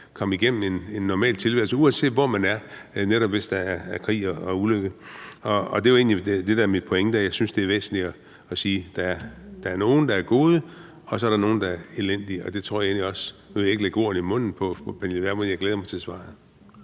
komme igennem en normal tilværelse, uanset hvor man er, netop hvis der er krig og ulykke. Og det er egentlig det, der er min pointe, altså at jeg synes, det er væsentligt at sige, at der er nogle, der er gode, og så er der nogle, der er elendige. Nu vil jeg ikke lægge ordene i munden på fru Pernille Vermund – jeg glæder mig til svaret.